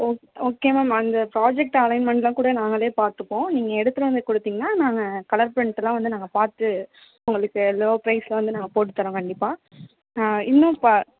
ஓ okay ma'am அந்த project அலைன்மெண்ட்லாம் கூட நாங்களே பார்த்துப்போம் நீங்கள் எடுத்துகிட்டு வந்து குடுத்திங்கனா நாங்கள் கலர் பிரிண்டெலாம் வந்து நாங்கள் பார்த்து உங்களுக்கு லோ ப்ரைஸில் வந்து நாங்கள் போட்டுதரோம் கண்டிப்பாக இன்னும் இப்போ